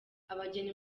abageni